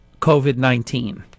COVID-19